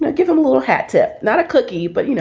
ah give him a little hat tip, not a cookie, but, you know